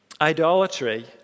Idolatry